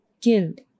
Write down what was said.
killed